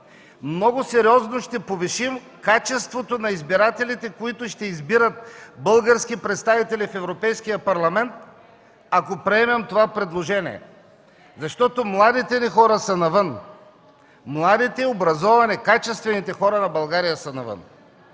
Много сериозно ще повишим качеството на избирателите, които ще избират български представители в Европейския парламент, ако приемем това предложение. Защото младите ни хора са навън – младите, образовани, качествените хора на България са навън.